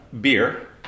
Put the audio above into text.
beer